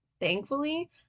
thankfully